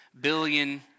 billion